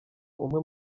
umwe